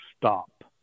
stop